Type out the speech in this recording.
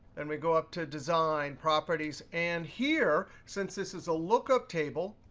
and we go up to design properties. and here, since this is a lookup table,